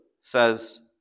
says